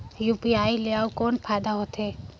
UPI ले अउ कौन फायदा होथ है?